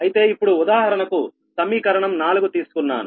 అయితే ఇప్పుడు ఉదాహరణకు సమీకరణం 4 తీసుకున్నాను